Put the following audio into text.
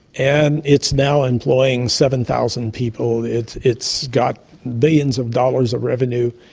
and it's now employing seven thousand people, it's it's got billions of dollars of revenue,